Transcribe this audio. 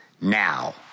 now